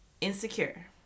insecure